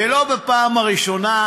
ולא בפעם הראשונה,